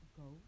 go